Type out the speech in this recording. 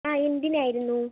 എന്തിനായിരുന്നു